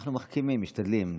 אנחנו מחכימים, משתדלים.